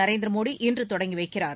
நரேந்திர மோடி இன்று தொடங்கி வைக்கிறார்